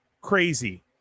Crazy